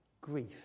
grief